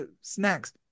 snacks